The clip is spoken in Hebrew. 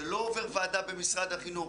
זה לא עובר ועדה במשרד החינוך.